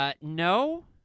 No